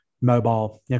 mobile